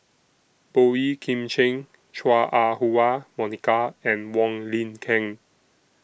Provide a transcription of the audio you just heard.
Boey Kim Cheng Chua Ah Huwa Monica and Wong Lin Ken